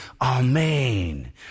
amen